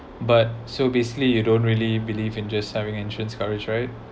but so basically you don't really believe in just having insurance coverage right